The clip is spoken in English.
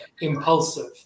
impulsive